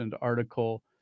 article